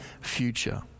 future